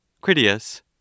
Critias